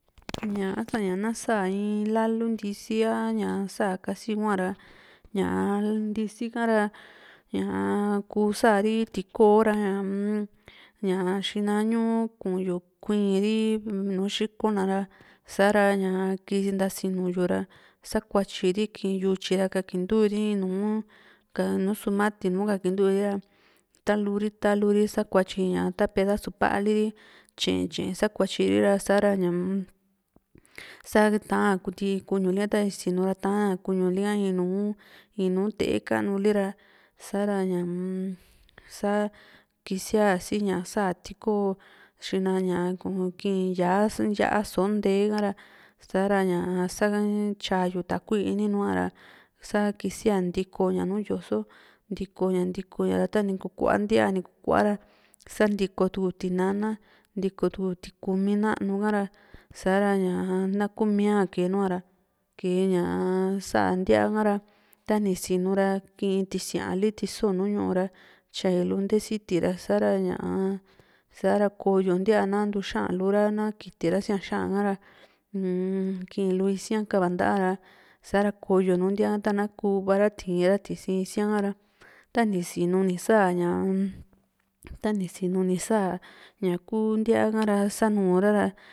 ña a´sa ña na sa´a in lau ntisi kasi kua ra ñaa ntisi ka´ra ñaa kuu sa´ri tikoo ra ñaa-m ña xina ñu ku´yu kuiri nùù xikona ra sa´ra ña ntasinu yu ra sakuatyui ri kii yutyi ra kakintuu ri in nùù sumati nùù kakinturi ra ta´luri ta´luri sakuatyi ña ta pedasu paali ri tye´e tye´e sakuatyi ri ra sa´ra ñaa-m sa taa ntii kuúli ha tani sinu ra ta´an kuñuli ha in nùù te´e kanulira sa´ra ña umm saá kisia sii ña sa tikoo xina ñaa kuu kii´n yá´a yá´a soontee ha´ra saa´ra ña sa tyaa yu takui iini nua´ra sa kisia ntikoo ña nùù yoso ntiko ña ntiko ña tani kua ntíaa ni ku kua´ra sa ntikotuku tinana ntikotuku tikumi nanu ka´ra sa´ra ña na ku miaa kee nuara kee ñaa sa´a ntíaa ha´ra tani sinu ra kii in tisíali tiso nùù ñu´u ra tyaelu nte siti ra sa´ra ñaa sa ´ra koyo ntíaa ta´na ntuu xa´an lu ra na kitira sia xa´an ha´ra uum kii lu sia kava nta´a ra sa´ra koyo nùù ntíaa taa´na ku u´va ra tiin ra tisi isia´n ra tani sinu ni saa ñaa-m tani sinu ni saa ña ku ntíaa ka´ra sanuu ra rá.